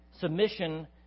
Submission